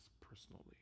personally